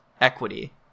equity